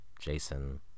Jason